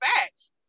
facts